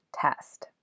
test